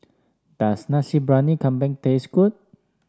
does Nasi Briyani Kambing taste good